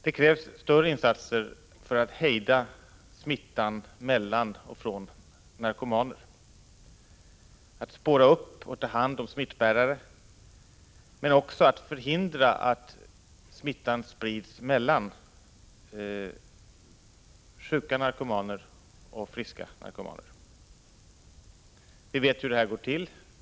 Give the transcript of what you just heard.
Det krävs större insatser för att hejda smittan mellan och från narkomaner och för att spåra upp och ta hand om smittbärare, men också för att förhindra att smittan sprids mellan sjuka och friska narkomaner. Vi vet hur smittan sprids.